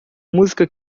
música